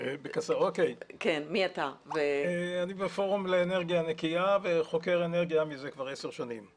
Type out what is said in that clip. אני בפורום לאנרגיה נקייה וחוקר אנרגיה מזה 10 שנים.